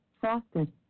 frosted